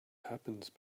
happens